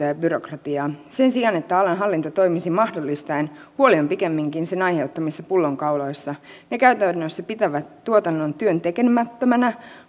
ja byrokratiaa sen sijaan että alan hallinto toimisi mahdollistaen huoli on pikemminkin sen aiheuttamissa pullonkauloissa ne käytännössä pitävät tuotannon työn tekemättömänä